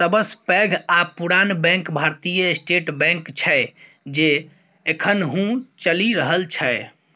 सबसँ पैघ आ पुरान बैंक भारतीय स्टेट बैंक छै जे एखनहुँ चलि रहल छै